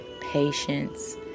patience